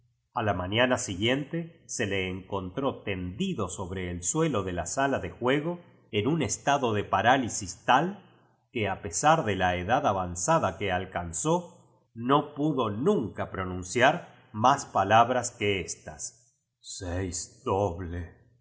a la mañana siguiente se le encontró tendido sobre el suelo de la sala de juego en un estado de parálisis tal que a pesar de la edad avanzada que alcanzó no pudo nunca pronunciar más palabras que éstas seis doble